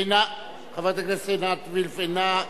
אינה,